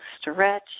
Stretch